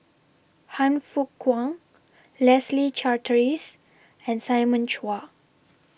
Han Fook Kwang Leslie Charteris and Simon Chua